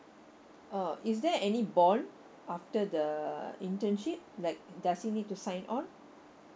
uh is there any bond after the internship like does he need to sign on